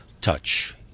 touch